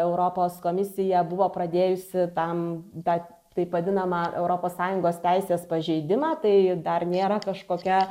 europos komisija buvo pradėjusi tam bet taip vadinamą europos sąjungos teisės pažeidimą tai dar nėra kažkokia